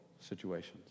situations